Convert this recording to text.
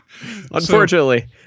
unfortunately